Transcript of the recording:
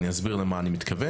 אני אסביר למה אני מתכוון.